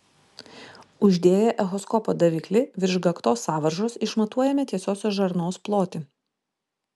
uždėję echoskopo daviklį virš gaktos sąvaržos išmatuojame tiesiosios žarnos plotį